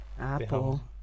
Apple